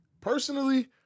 personally